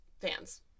fans